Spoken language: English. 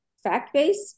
fact-based